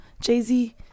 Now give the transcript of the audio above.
Jay-Z